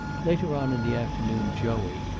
later on in the afternoon joey,